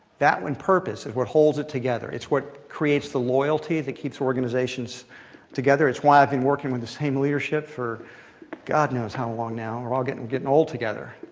that one purpose is what holds it together. it's what creates the loyalty that keeps organizations together. it's why i've been working with the same leadership, for god knows how long now. ah getting getting old together,